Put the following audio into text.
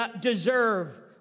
deserve